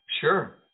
Sure